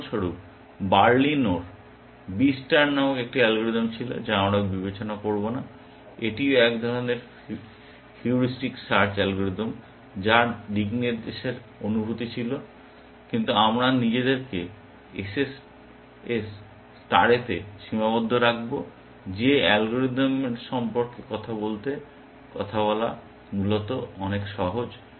উদাহরণ স্বরূপ বার্লিনোর B স্টার নামক একটি অ্যালগরিদম ছিল যা আমরা বিবেচনা করব না এটিও এক ধরনের হিউরিস্টিক সার্চ অ্যালগরিদম যার দিকনির্দেশের অনুভূতি ছিল কিন্তু আমরা নিজেদেরকে SSS স্টারেতে সীমাবদ্ধ রাখব যে অ্যালগরিদমের সম্পর্কে কথা বলা মূলত অনেক সহজ